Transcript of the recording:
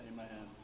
Amen